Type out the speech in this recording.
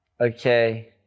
okay